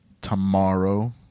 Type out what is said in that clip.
tomorrow